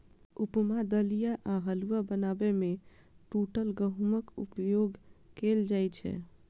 उपमा, दलिया आ हलुआ बनाबै मे टूटल गहूमक उपयोग कैल जाइ छै